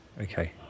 Okay